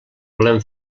volem